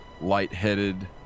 lightheaded